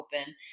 open